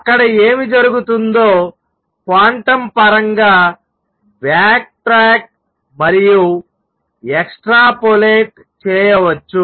అక్కడ ఏమి జరుగుతుందో క్వాంటం పరంగా బ్యాక్ట్రాక్ మరియు ఎక్స్ట్రాపోలేట్ చేయవచ్చు